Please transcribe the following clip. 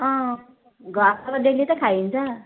अँ घरको त डेली त खाइन्छ